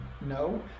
no